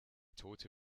tote